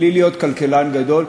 בלי להיות כלכלן גדול,